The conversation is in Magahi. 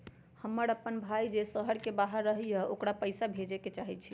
हमर अपन भाई जे शहर के बाहर रहई अ ओकरा पइसा भेजे के चाहई छी